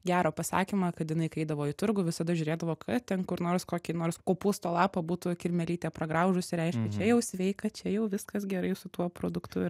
gerą pasakymą kad jinai kai eidavo į turgų visada žiūrėdavo kad ten kur nors kokį nors kopūsto lapą būtų kirmėlytė pragraužusi reiškia čia jau sveika čia jau viskas gerai su tuo produktu